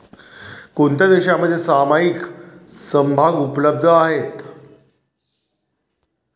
कोणत्या देशांमध्ये सामायिक समभाग उपलब्ध आहेत?